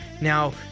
Now